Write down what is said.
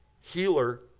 healer